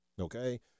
okay